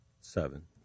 Seven